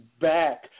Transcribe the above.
back